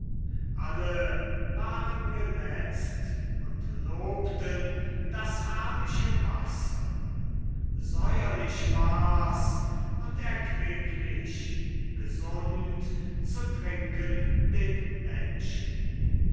alle waren geletzt und lobten das herrliche wasser säuerlich war's und erquicklich gesund zu trinken den menschen